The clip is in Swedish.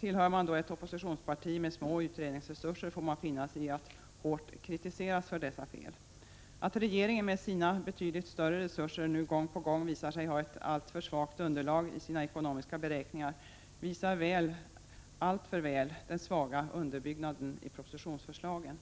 Tillhör man ett oppositionsparti med små utredningsresurser får man finna sig i att hårt kritiseras för dessa fel. Att regeringen med sina betydligt större resurser nu gång på gång visar sig ha ett alltför svagt underlag för sina ekonomiska beräkningar visar väl alltför väl den svaga underbyggnaden när det gäller propositionsförslaget.